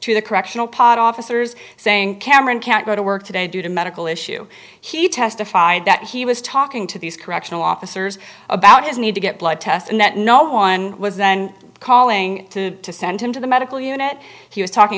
the correctional officers saying cameron can't go to work today due to medical issue he testified that he was talking to these correctional officers about his need to get blood test and that no one was then calling to send him to the medical unit he was talking